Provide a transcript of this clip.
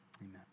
amen